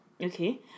okay